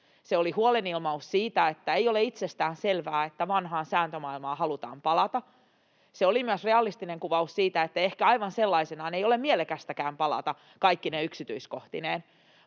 Se oli huolen ilmaus siitä, että ei ole itsestään selvää, että vanhaan sääntömaailmaan halutaan palata. Se oli myös realistinen kuvaus siitä, että ehkä aivan sellaisenaan ei ole mielekästäkään siihen palata kaikkine yksityiskohtineen.